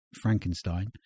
Frankenstein